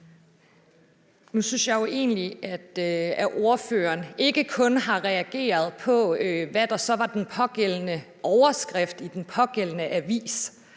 Nu synes jeg jo egentlig, at ordføreren ikke kun har reageret på, hvad der så var den pågældende overskrift i den pågældende avis.